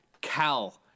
Cal